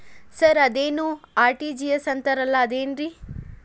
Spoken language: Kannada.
ಸರ್ ಅದೇನು ಆರ್.ಟಿ.ಜಿ.ಎಸ್ ಅಂತಾರಲಾ ಅದು ಏನ್ರಿ?